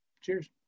Cheers